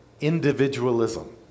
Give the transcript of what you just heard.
individualism